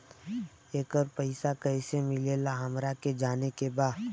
येकर पैसा कैसे मिलेला हमरा के जाने के बा?